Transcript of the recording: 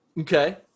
okay